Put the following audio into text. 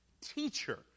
teacher